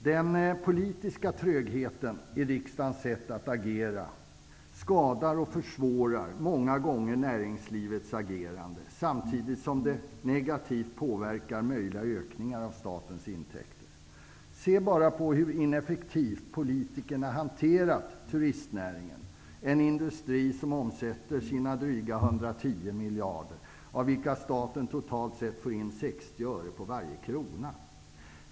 Den politiska trögheten i riksdagens sätt att agera skadar och försvårar många gånger näringslivets agerande, samtidigt som det negativt påverkar möjliga ökningar av statens intäkter. Se bara på hur ineffektivt politikerna har hanterat turistnäringen! Det är en industri som omsätter sina dryga 110 miljarder av vilka staten totalt sett får in 60 öre för varje krona.